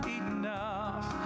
enough